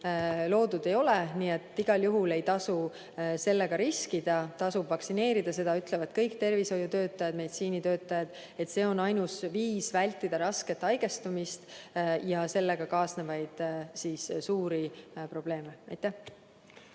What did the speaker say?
loodud ei ole. Nii et igal juhul ei tasu sellega riskida, tasub vaktsineerida. Seda ütlevad kõik tervishoiutöötajad, meditsiinitöötajad, et see on ainus viis vältida rasket haigestumist ja sellega kaasnevaid suuri probleeme. Aitäh!